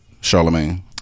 Charlemagne